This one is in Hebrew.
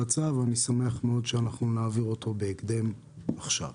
הצו ואני שמח מאוד שאנחנו נעביר אותו בהקדם עכשיו.